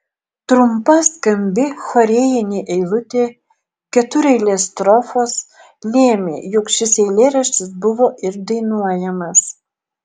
trumpa skambi chorėjinė eilutė ketureilės strofos lėmė jog šis eilėraštis buvo ir dainuojamas